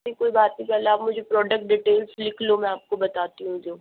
ठीक कोई बात नहीं पहले आप मुझे प्रॉडक्ट डीटेल्स लिख लो मैं आपको बताती हूँ जो